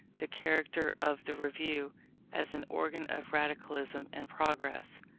the character of the review as an organ of radicalism and progress.